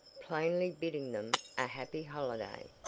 plainly bidding them a happy holiday.